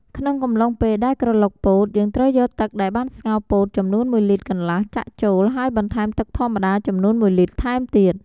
ក្នុងកំឡុងពេលដែលក្រឡុកពោតយើងត្រូវយកទឹកដែលបានស្ងោរពោតចំនួន ១លីត្រកន្លះចាក់ចូល ហើយបន្ថែមទឹកធម្មតាចំនួន១លីត្រថែមទៀត។